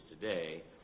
today